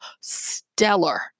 stellar